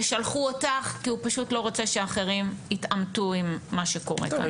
ושלחו אותך כי הוא פשוט לא רוצה שאחרים יתעמתו עם מה שקורה כאן.